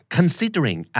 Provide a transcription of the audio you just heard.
Considering